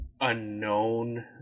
unknown